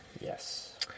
Yes